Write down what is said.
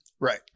Right